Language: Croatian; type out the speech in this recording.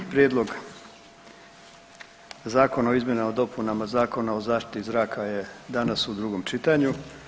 Prijedlog zakona o izmjenama i dopunama Zakona o zaštiti zraka je danas u drugom čitanju.